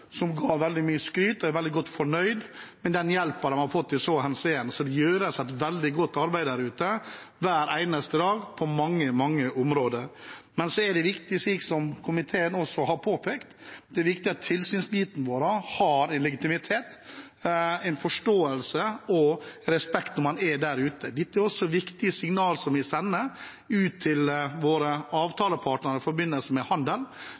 i går et møte med bl.a. oppdretterne selv, som ga veldig mye skryt og er veldig godt fornøyd med den hjelpen de har fått i så henseende. Så det gjøres et veldig god arbeid der ute hver eneste dag på mange områder. Men det er viktig, som komiteen også har påpekt, at tilsynsbiten vår har legitimitet, en forståelse og respekt når man er ute. Dette er også viktige signaler som vi sender ut til våre avtalepartnere i forbindelse med handel